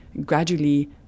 gradually